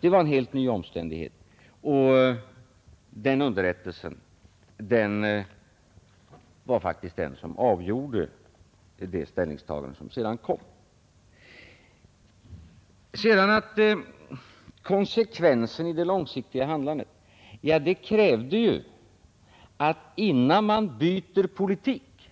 Det var en helt ny omständighet, och den underrättelsen var faktiskt det som avgjorde det ställningstagande som sedan kom. Så konsekvensen i det långsiktiga handlandet! Vad det var fråga om var att byta politik.